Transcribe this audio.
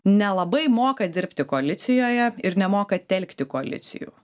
nelabai moka dirbti koalicijoje ir nemoka telkti koalicijų